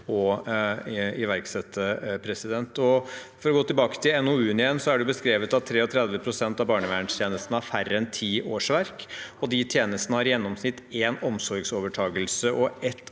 å sette inn. For å gå tilbake til NOU-en igjen: Det er beskrevet at 33 pst. av barnevernstjenestene har færre enn ti årsverk. De tjenestene har i gjennomsnitt én omsorgsovertakelse og ett